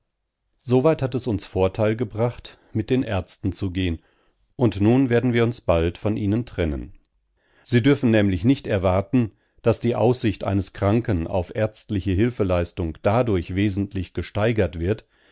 soweit hat es uns vorteil gebracht mit den ärzten zu gehen und nun werden wir uns bald von ihnen trennen sie dürfen nämlich nicht erwarten daß die aussicht eines kranken auf ärztliche hilfeleistung dadurch wesentlich gesteigert wird